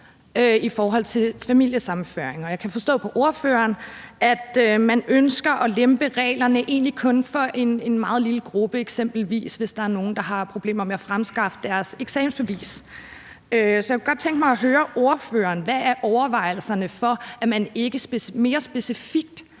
det gælder familiesammenføringer. Jeg kan forstå på ordføreren, at man egentlig kun ønsker at lempe reglerne for en meget lille gruppe, f.eks. hvis der er nogen, der har problemer med at fremskaffe deres eksamensbevis. Så jeg kunne godt tænke mig at spørge, hvilke overvejelser der ligger til grund for, at man ikke mere specifikt,